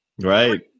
Right